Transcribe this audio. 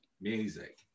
music